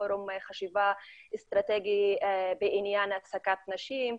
פורום חשיבה אסטרטגי בעניין העסקת נשים.